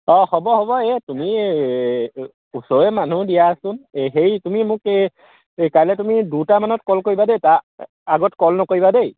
অঁ হ'ব হ'ব এই তুমি ওচৰৰে মানুহ দিয়াচোন হেৰি তুমি মোক এই কাইলৈ তুমি দুটামানত কল কৰিবা দেই তাৰ আগত কল নকৰিবা দেই